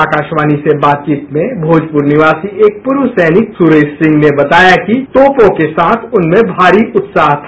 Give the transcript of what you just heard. आकाशवाणी से बातचीत में भोजपुर निवासी एक प्रर्व सैनिक सुरेश सिंह ने बताया कि तोपों के साथ उनमें भारी उत्साह था